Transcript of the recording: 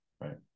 right